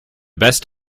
best